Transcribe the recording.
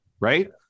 Right